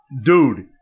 Dude